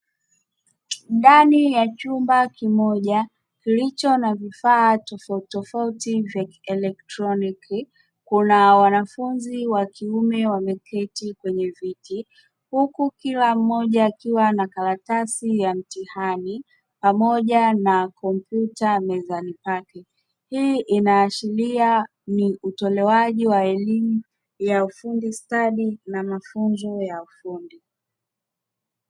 Ndani ya chumba kimoja kilicho na vifaa tofauti tofauti vya kielektroniki. Kuna wanafunzi wa kiume wameketi kwenye viti huku kila mmoja akiwa na karatasi ya mtihani, pamoja na kompyuta mezani pake. Hii inaashiria ni utolewaji wa elimu ya ufundi stadi na mafunzo ya ufundi.